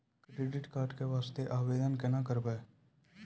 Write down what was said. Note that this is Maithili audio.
क्रेडिट कार्ड के वास्ते आवेदन केना करबै?